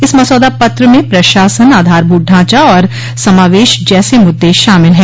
इस मसौदा पत्र में प्रशासन आधारभूत ढांचा और समावेश जैसे मुद्दे शामिल हैं